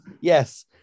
yes